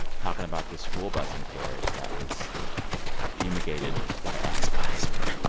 talking about the schoolbus in parrish that was fumigated by axe body spray.